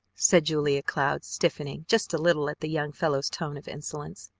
said julia cloud, stiffening just a little at the young fellow's tone of insolence.